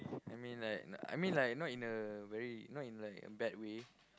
I mean like I mean like not in a very not in like a bad way